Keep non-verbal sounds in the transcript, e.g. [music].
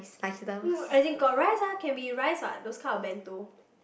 [noise] as in got rice ah can be rice what those can of bento